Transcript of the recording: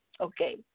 Okay